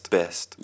best